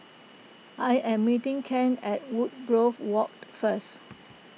I am meeting Kent at Woodgrove Walk first